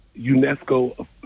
UNESCO